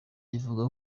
ivuga